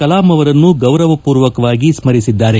ಕಲಾಂ ಅವರನ್ನು ಗೌರವ ಪೂರ್ವಕವಾಗಿ ಸ್ಪರಿಸಿದ್ದಾರೆ